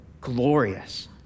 glorious